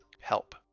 help